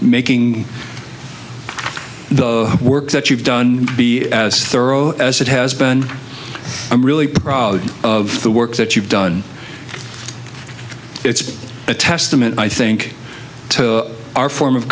making the work that you've done be as thorough as it has been i'm really proud of the work that you've done it's a testament i think to our form of